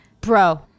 Bro